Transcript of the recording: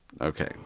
okay